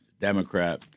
Democrat